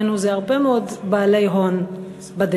ממנו הם הרבה מאוד בעלי הון בדרך.